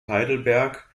heidelberg